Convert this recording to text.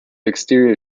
exterior